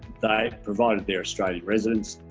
they provided their australian residents